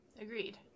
agreed